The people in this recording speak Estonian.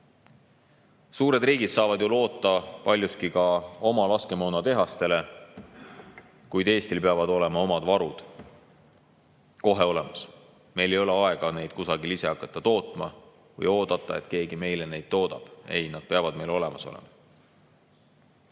Suured riigid saavad ju loota paljuski oma laskemoonatehastele, kuid Eestil peavad olema oma varud kohe olemas. Meil ei ole aega neid kusagil ise hakata tootma või oodata, et keegi meile neid toodab. Ei, nad peavad meil olemas olema.